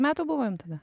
metų buvo jum tada